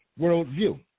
worldview